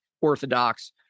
Orthodox